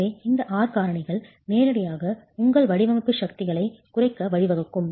எனவே இந்த R காரணிகள் நேரடியாக உங்கள் வடிவமைப்பு சக்திகளைக் குறைக்க வழிவகுக்கும்